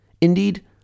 indeed